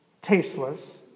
tasteless